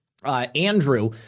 Andrew